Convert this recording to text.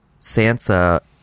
Sansa